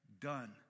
done